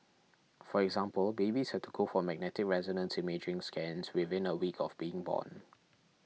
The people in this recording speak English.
for example babies had to go for magnetic resonance imaging scans within a week of being born